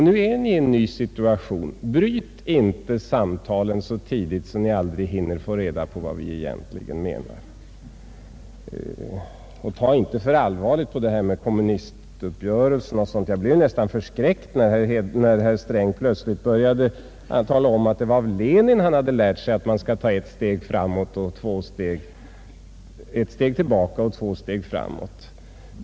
Nu är ni i en ny situation. Bryt inte samtalen så tidigt att ni aldrig hinner få reda på vad vi egentligen menar! Och ta inte för allvarligt på det här med kommunistuppgörelsen. Jag blev nästan förskräckt när herr Sträng plötsligt började tala om att det var av Lenin han hade lärt sig att man skall ta ett steg tillbaka och två steg framåt.